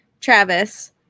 Travis